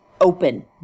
open